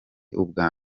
ubwa